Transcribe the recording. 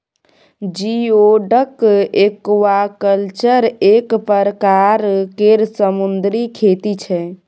geoduck aquaculture एक परकार केर समुन्दरी खेती छै